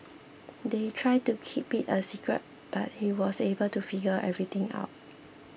they tried to keep it a secret but he was able to figure everything out